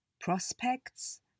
prospects